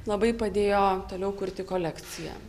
labai padėjo toliau kurti kolekciją